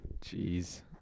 Jeez